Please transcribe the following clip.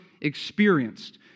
experienced